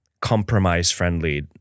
compromise-friendly